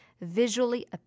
visually